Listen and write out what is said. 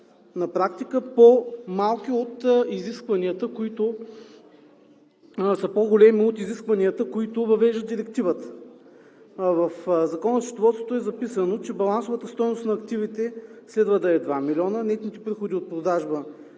пъти по-големи от изискванията, които въвежда Директивата. В Закона за счетоводството е записано, че балансовата стойност на активите следва да е 2 милиона, нетните приходи от продажба